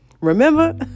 remember